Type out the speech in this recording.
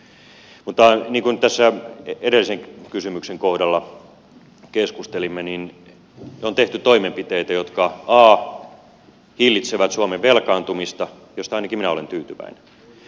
mutta niin kuin tässä edellisen kysymyksen kohdalla keskustelimme on tehty toimenpiteitä jotka a hillitsevät suomen velkaantumista mistä ainakin minä olen tyytyväinen